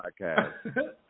podcast